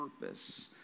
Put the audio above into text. purpose